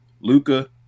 Luca